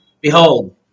Behold